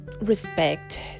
respect